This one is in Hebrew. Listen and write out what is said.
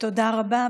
תודה רבה.